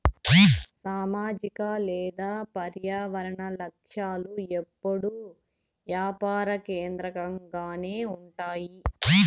సామాజిక లేదా పర్యావరన లక్ష్యాలు ఎప్పుడూ యాపార కేంద్రకంగానే ఉంటాయి